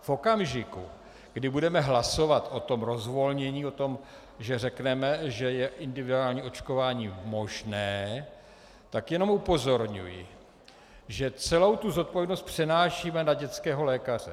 V okamžiku, kdy budeme hlasovat o tom rozvolnění, o tom, že řekneme, že je individuální očkování možné, tak jenom upozorňuji, že celou zodpovědnost přenášíme na dětského lékaře.